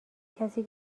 کسی